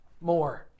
more